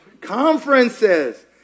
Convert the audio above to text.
conferences